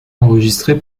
enregistré